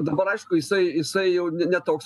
dabar aišku jisai jisai jau ne toks